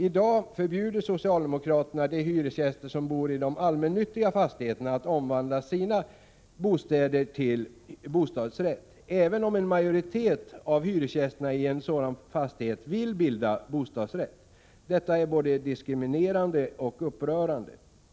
I dag förbjuder socialdemokraterna de hyresgäster som bor i de allmännyttiga fastigheterna att omvandla sina bostäder till bostadsrätt även om en majoritet av hyresgästerna i en sådan fastighet vill bilda bostadsrätt. Detta är både diskriminerande och upprörande.